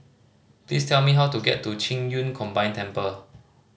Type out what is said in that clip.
please tell me how to get to Qing Yun Combined Temple